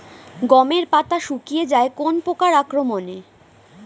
গমের পাতা শুকিয়ে যায় কোন পোকার আক্রমনে?